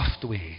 software